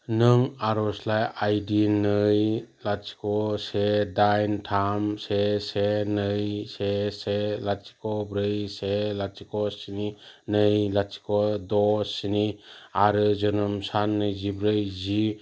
नों आरजलाइ आइ डि नै लाथिख' से दाइन थाम से से नै से से लाथिख' ब्रै से लाथिख' स्नि नै लाथिख' द' स्नि आरो जोनोम सान नैजिब्रै जि